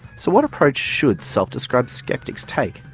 so what approach should self-described skeptics take?